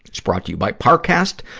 it's brought to you by parcast,